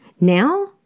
Now